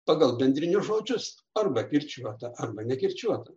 pagal bendrinius žodžius arba kirčiuota arba nekirčiuota